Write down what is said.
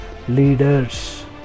Leaders